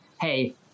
Hey